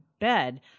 bed